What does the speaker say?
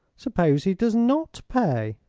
suppose he does not pay?